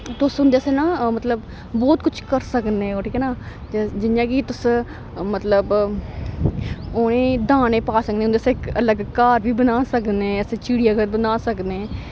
तुस उं'दे आस्तै ना मतलब बहुत किश करी सकने ओ ठीक ऐ ना जि'यां कि तुस मतलब उ'नें दाने पाई सकने उं'दे आस्तै इक अलग घर बी बनाई सकने ऐसे चिड़िया घर बनाई सकने